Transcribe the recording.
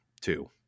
Two